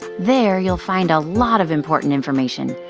there you'll find a lot of important information,